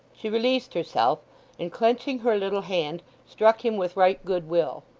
she released herself and clenching her little hand, struck him with right good will.